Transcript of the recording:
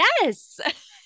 Yes